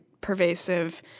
pervasive